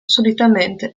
solitamente